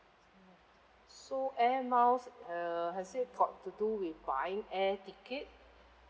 so air miles uh has it got to do with buying air ticket